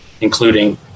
including